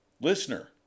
Listener